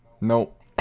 Nope